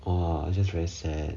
!wah! just very sad